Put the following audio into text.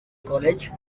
college